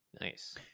Nice